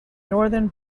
northern